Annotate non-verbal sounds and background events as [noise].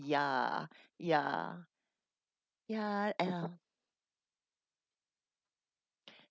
ya ya ya ya [breath]